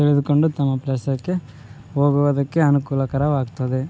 ತಿಳಿದುಕೊಂಡು ತಮ್ಮ ಪ್ಲೇಸಗೆ ಹೋಗುವುದಕ್ಕೆ ಅನುಕೂಲಕರವಾಗ್ತದೆ